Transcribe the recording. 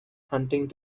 hunting